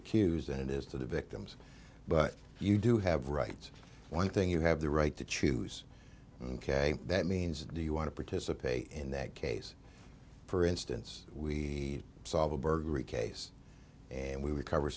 accused than it is to the victims but you do have rights one thing you have the right to choose ok that means do you want to participate in that case for instance we saw a burglary case and we